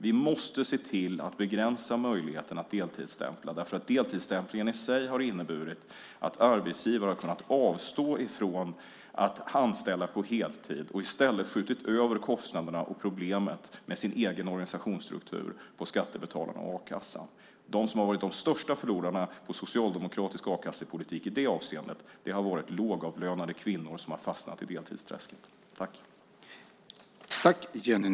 Vi måste se till att begränsa möjligheterna att deltidsstämpla, därför att deltidsstämplingen i sig har inneburit att arbetsgivare har kunnat avstå från att anställa på heltid och i stället skjutit över kostnaderna och problemet med sin egen organisationsstruktur på skattebetalarna och a-kassan. De som har varit de största förlorarna på socialdemokratisk a-kassepolitik i det avseendet har varit lågavlönade kvinnor som har fastnat i deltidsträsket.